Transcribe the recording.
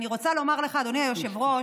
אני רוצה לומר לך, אדוני היושב-ראש,